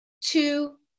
two